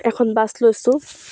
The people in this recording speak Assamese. এখন বাছ লৈছোঁ